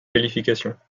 qualifications